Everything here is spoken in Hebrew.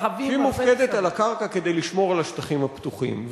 שהיא מופקדת על הקרקע כדי לשמור על השטחים הפתוחים.